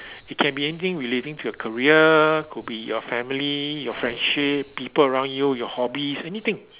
it can be anything relating to your career could be your family your friendship people around you your hobbies anything